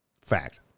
Fact